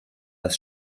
das